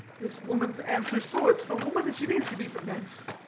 this woman's answer sorts, for womanish it is to be from thence.